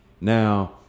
Now